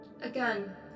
Again